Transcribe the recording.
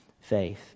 faith